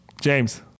James